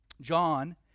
John